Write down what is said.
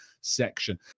section